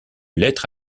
lettre